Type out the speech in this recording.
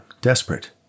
desperate